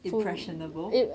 impressionable